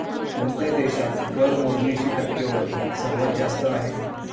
कोणत्या देशात कर मोजणीची टक्केवारी सर्वात जास्त आहे?